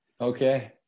Okay